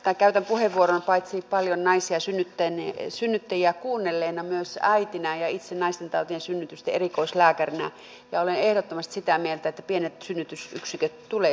käytän tässä puheenvuoron paitsi paljon naisia ja synnyttäjiä kuunnelleena myös äitinä ja itse naistentautien ja synnytysten erikoislääkärinä ja olen ehdottomasti sitä mieltä että pienet synnytysyksiköt tulee säilyttää